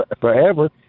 forever